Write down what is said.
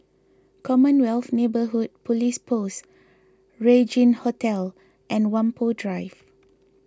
Commonwealth Neighbourhood Police Post Regin Hotel and Whampoa Drive